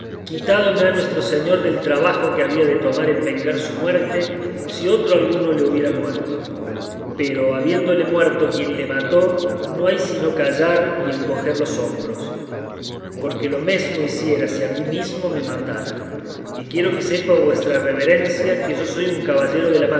me ha nuestro señor del trabajo que había de tomar en vengar su muerte si otro alguno le hubiera muerto pero habiéndole muerto quien le mató no hay sino callar y encoger los hombros porque lo mesmo hiciera si a mí mismo me matara y quiero que sepa vuestra reverencia que yo soy un caballero